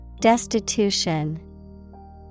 Destitution